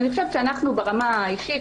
אני חושבת שאנחנו ברמה האישית,